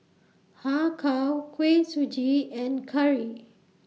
Har Kow Kuih Suji and Curry